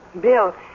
Bill